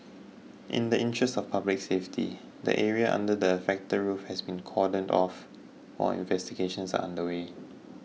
in the interest of public safety the area under the affected roof has been cordoned off while investigations are underway